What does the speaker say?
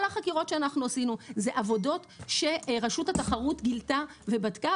כל החקירות שאנחנו עשינו זה עבודות שרשות התחרות גילתה ובדקה,